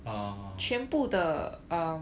ah